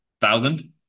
thousand